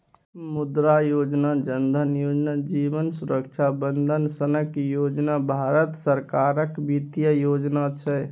मुद्रा योजना, जन धन योजना, जीबन सुरक्षा बंदन सनक योजना भारत सरकारक बित्तीय योजना छै